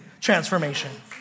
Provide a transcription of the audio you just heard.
transformation